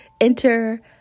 enter